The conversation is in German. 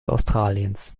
australiens